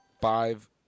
five